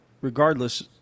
regardless